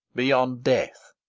beyond death,